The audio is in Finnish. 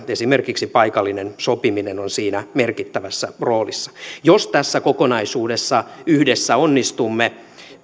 esimerkiksi paikallinen sopiminen on siinä merkittävässä roolissa jos tässä kokonaisuudessa yhdessä onnistumme